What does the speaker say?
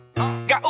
Got